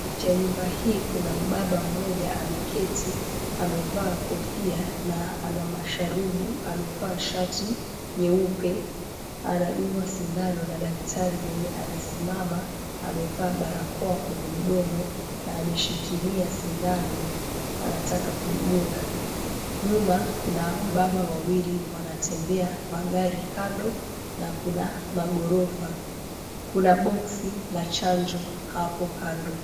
Njee ya nyumba hii kuna mubaba mmoja ameketi na amevaa kofia na ana masharubu. Amevaa shati jeupe anadungwa sindano na daktari mwenye amesimama. Amevaa barakoa kwenye mdomo na ameshikilia sindano anataka kumdunga. Nyuma kuna wababa wawili wanatembea magari kando na kuna maghorofa. Kuna boksi la chanjo hapo kando.